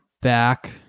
back